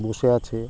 বসে আছে